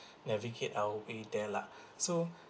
navigate our way there lah so